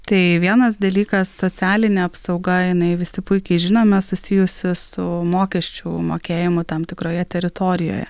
tai vienas dalykas socialinė apsauga jinai visi puikiai žinome susijusi su mokesčių mokėjimu tam tikroje teritorijoje